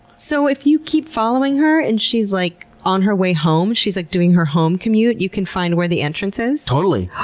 so if you keep following her and she's like on her way home, she's like doing her home commute, you can find where the entrance is? totally.